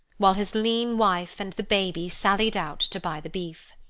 while his lean wife and the baby sallied out to buy the beef.